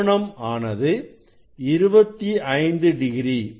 கோணம் ஆனது 25 டிகிரி